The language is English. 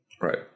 Right